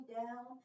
down